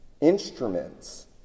instruments